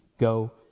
Go